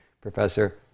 professor